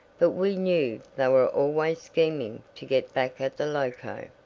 but we knew they were always scheming to get back at the loco.